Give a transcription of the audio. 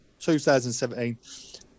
2017